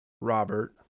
Robert